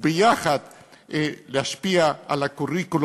וביחד להשפיע על ה-curriculum,